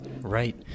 Right